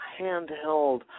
handheld